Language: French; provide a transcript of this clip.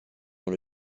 dans